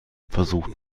versucht